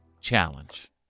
Challenge